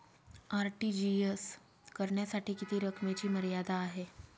RTGS करण्यासाठी किती रकमेची मर्यादा आहे?